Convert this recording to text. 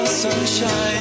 sunshine